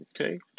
Okay